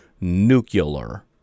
nuclear